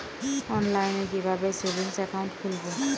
অনলাইনে কিভাবে savings account খুলবো?